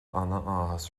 áthas